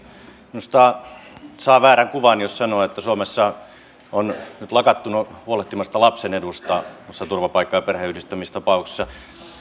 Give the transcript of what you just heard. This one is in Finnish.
minusta saa väärän kuvan jos sanoo että suomessa on nyt lakattu huolehtimasta lapsen edusta noissa turvapaikka ja perheenyhdistämistapauksissa